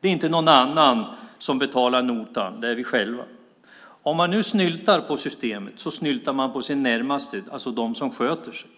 Det är inte någon annan som betalar notan. Det är vi själva. Om man nu snyltar på systemet snyltar man på sina närmaste, alltså på dem som sköter sig.